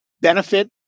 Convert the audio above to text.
benefit